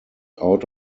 out